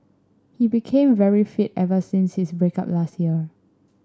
he became very fit ever since his break up last year